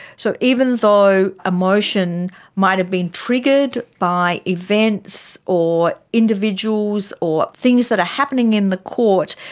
so even though emotion might have been triggered by events or individuals or things that are happening in the court,